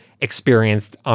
experienced